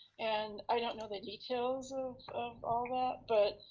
and i don't know the details of of all that, but